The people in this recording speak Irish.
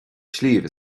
sliabh